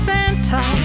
Santa